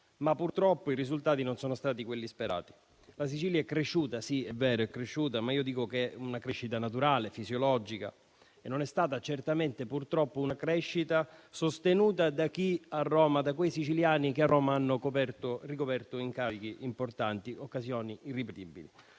ma purtroppo i risultati non sono stati quelli sperati. La Sicilia è cresciuta: sì, è vero, è cresciuta, ma io dico che è una crescita naturale fisiologica e non è stata certamente purtroppo una crescita sostenuta da quei siciliani che a Roma hanno ricoperto incarichi importanti in occasioni irripetibili.